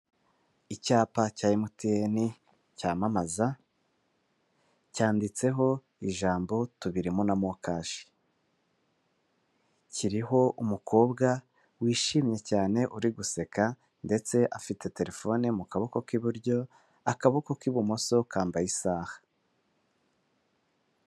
Icyapa cya emuteni cyamamaza cyanditseho ijambo tubirimo na mokashi kiriho umukobwa wishimye cyane uri guseka, ndetse afite telefone mu kaboko k'iburyo akaboko k'ibumoso kambaye isaha.